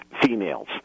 females